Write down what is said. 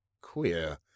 queer